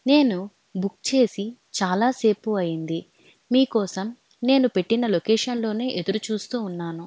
నేను బుక్ చేసి చాలాసేపు అయింది మీకోసం నేను పెట్టిన లొకేషన్లోనే ఎదురుచూస్తూ ఉన్నాను